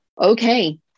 okay